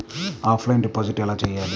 Offline deposit ఎలా చేయాలి?